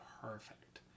perfect